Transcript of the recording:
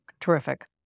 terrific